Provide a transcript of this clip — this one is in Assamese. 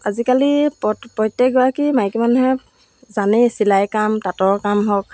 আজিকালি প্ৰত প্ৰত্যেকগৰাকী মাইকী মানুহে জানেই চিলাই কাম তাঁতৰ কাম হওক